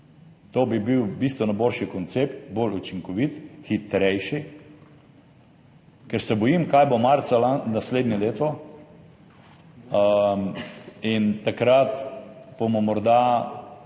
To bi bil bistveno boljši koncept, bolj učinkovit, hitrejši, ker se bojim, kaj bo marca naslednje leto in takrat bomo morda